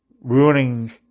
ruining